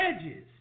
edges